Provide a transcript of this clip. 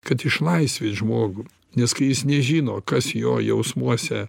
kad išlaisvit žmogų nes kai jis nežino kas jo jausmuose